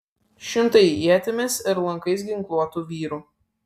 šimtai ietimis ir lankais ginkluotų vyrų